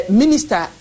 minister